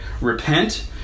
Repent